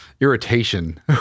irritation